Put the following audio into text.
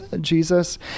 Jesus